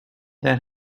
that